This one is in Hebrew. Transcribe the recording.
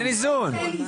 אבל אין איזון, אין איזון.